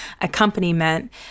accompaniment